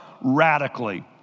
radically